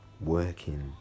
working